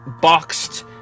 boxed